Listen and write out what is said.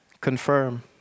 Confirm